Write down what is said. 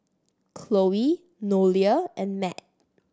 Chloe Nolia and Matt